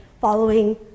following